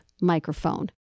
microphone